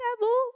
devil